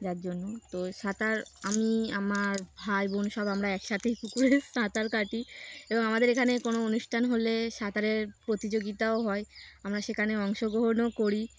যার জন্য তো সাঁতার আমি আমার ভাই বোন সব আমরা একসাথেই পুকুরে সাঁতার কাটি এবং আমাদের এখানে কোনো অনুষ্ঠান হলে সাঁতারের প্রতিযোগিতাও হয় আমরা সেখানে অংশগ্রহণও করি